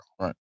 Right